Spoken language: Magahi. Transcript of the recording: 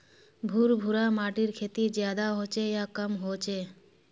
भुर भुरा माटिर खेती ज्यादा होचे या कम होचए?